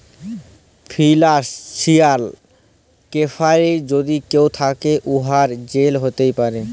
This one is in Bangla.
ফিলালসিয়াল কেরাইমে যদি কেউ থ্যাকে, উয়ার জেল হ্যতে পারে